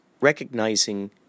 recognizing